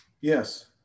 Yes